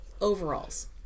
overalls